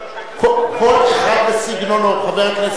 כל אחד וסגנונו, חבר הכנסת כץ.